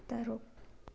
ꯇꯔꯨꯛ